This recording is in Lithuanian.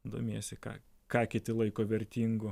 domiesi ką ką kiti laiko vertingu